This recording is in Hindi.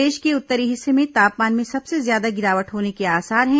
प्रदेश के उत्तरी हिस्से में तापमान में सबसे ज्यादा गिरावट होने के आसार हैं